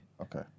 Okay